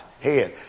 head